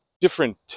different